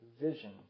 vision